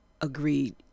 agreed